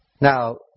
Now